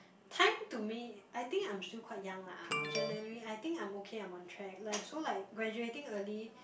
time to me I think I'm still quite young lah generally I think I'm okay I'm on track like so like graduating early